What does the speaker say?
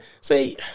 See